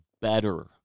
better